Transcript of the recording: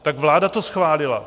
Tak vláda to schválila.